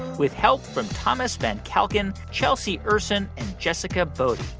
with help from thomas van calkin, chelsea ursin and jessica bodie.